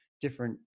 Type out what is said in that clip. different